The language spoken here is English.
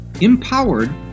empowered